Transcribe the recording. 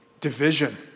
Division